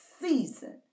season